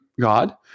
God